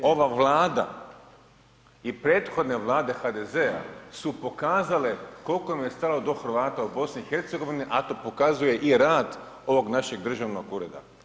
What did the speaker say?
Ova Vlada i prethodne vlade HDZ-a su pokazale koliko im je stalo do Hrvata u BiH, a to pokazuje i rad ovog našeg državnog ureda.